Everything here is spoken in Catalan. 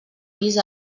pis